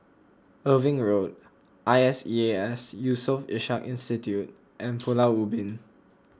Irving Road I S E A S Yusof Ishak Institute and Pulau Ubin